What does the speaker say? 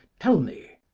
tell me.